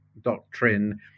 doctrine